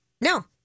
No